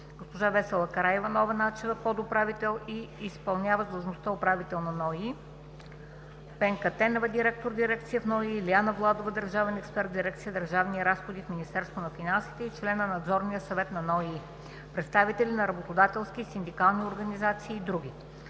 политика, Весела Караиванова Начева – подуправител и изпълняващ длъжността управител на НОИ, Пенка Танева – директор на дирекция в НОИ, Илияна Владова – държавен експерт в дирекция „Държавни разходи” в Министерството на финансите и член на Надзорния съвет на НОИ, представители на работодателските и синдикални организации и др.